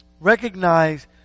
Recognize